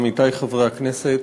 עמיתי חברי הכנסת,